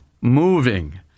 moving